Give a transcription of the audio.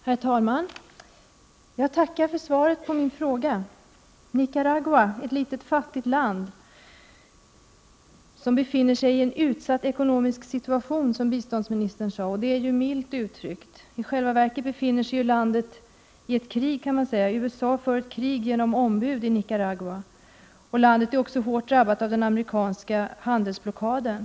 Herr talman! Jag tackar för svaret på min fråga. Nicaragua är ett litet, fattigt land, som befinner sig i en utsatt ekonomisk situation, som biståndsministern sade. Det är att uttrycka det milt. I själva verket befinner sig landet i krig, kar man säga; USA för ett krig genom ombud i Nicaragua. Landet är hårt drabbat även av den amerikanska handelsblockaden.